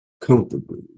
Comfortably